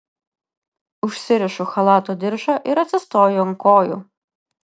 užsirišu chalato diržą ir atsistoju ant kojų